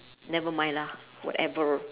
nevermind lah whatever